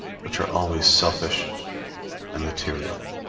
which are always selfish and material.